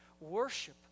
worship